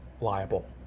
liable